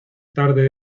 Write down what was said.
tarde